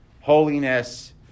holiness